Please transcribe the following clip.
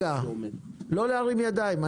לא להרים ידיים,